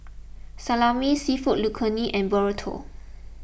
Salami Seafood Linguine and Burrito